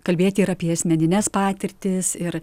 kalbėti ir apie asmenines patirtis ir